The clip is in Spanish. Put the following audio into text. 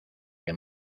que